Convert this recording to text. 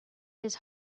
his